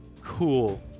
Cool